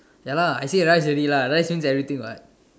ya lah I say rice already lah rice means everything what